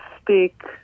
speak